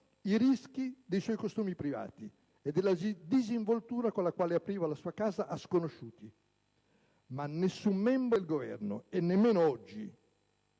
i rischi dei suoi costumi privati e della disinvoltura con la quale apriva la sua casa a sconosciuti. Ma nessun membro del Governo, nemmeno oggi